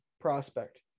prospect